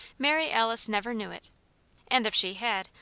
mary alice never knew it and if she had,